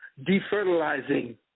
defertilizing